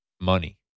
money